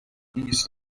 east